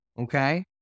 okay